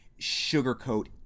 sugarcoat